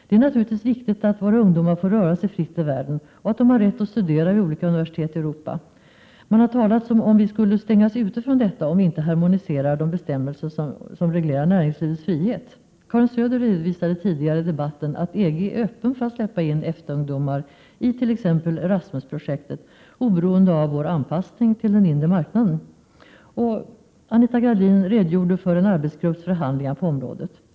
Det är naturligtvis viktigt att våra ungdomar får röra sig fritt i världen, och att de har rätt att studera vid olika universitet i Europa. Man har talat som om vi skulle stängas ute från detta om vi inte harmoniserar de bestämmelser som reglerar näringslivets frihet. Karin Söder redovisade tidigare i debatten att EG är öppen för att släppa in EFTA-ungdomar it.ex. Erasmusprojektet, oberoende av vår anpassning till den inre marknaden. Anita Gradin redogjorde för en arbetsgrupps förhandlingar på området.